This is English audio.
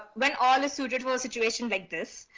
when all is suited for a situation like this,